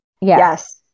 Yes